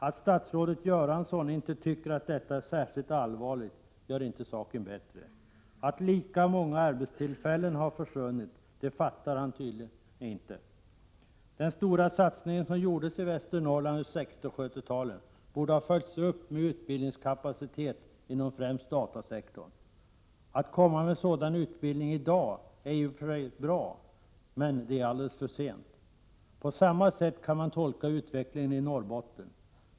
Att statsrådet Göransson inte tycker att detta är särskilt allvarligt gör inte saken bättre. Att lika många arbetstillfällen har försvunnit förstår tydligen inte statsrådet. Den stora satsning som gjordes i Västernorrland under 60 och 70-talen borde ha följts upp med utbildningskapacitet inom främst datasektorn. Att komma med sådan utbildning i dag är i och för sig bra, men för sent. På samma sätt kan man tolka utvecklingen i Norrbotten.